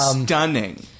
Stunning